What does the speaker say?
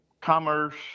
commerce